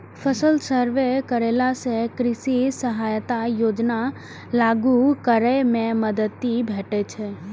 फसल सर्वे करेला सं कृषि सहायता योजना लागू करै मे मदति भेटैत छैक